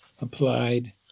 applied